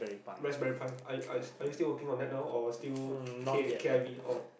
raspberry pie are are are you still working on that now or still K k_i_v all